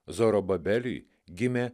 zorobabeliui gimė